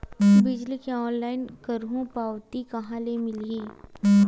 बिजली के ऑनलाइन करहु पावती कहां ले मिलही?